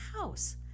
house